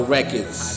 Records